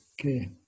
Okay